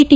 T